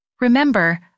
Remember